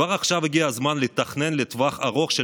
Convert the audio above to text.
כבר עכשיו הגיע הזמן לתכנן לטווח ארוך,